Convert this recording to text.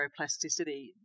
neuroplasticity